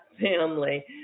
family